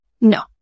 no